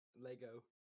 lego